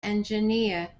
engineer